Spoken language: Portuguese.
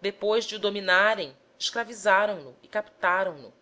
depois de o dominarem escravizaram no